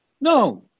No